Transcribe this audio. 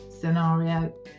scenario